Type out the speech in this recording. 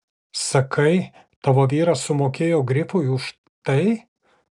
sakai tavo vyras sumokėjo grifui už tai